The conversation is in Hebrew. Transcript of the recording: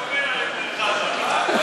עשה קומבינה, אתה